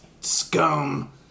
scum